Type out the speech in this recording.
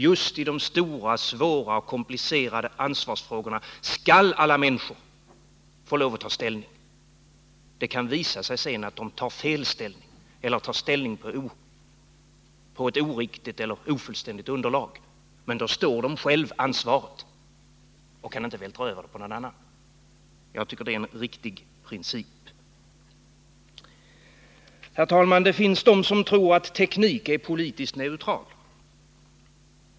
Just i de stora och komplicerade ansvarsfrågorna skall alla människor få lov att ta ställning. Det kan sedan visa sig att deras ställningstagande är felaktigt eller att det grundats på oriktigt eller ofullständigt underlag, men då har de själva ansvaret för detta och kan inte vältra över det på någon annan. Jag tycker att det är en riktig princip. Det finns människor som tror att teknik är politiskt neutral.